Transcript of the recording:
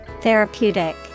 Therapeutic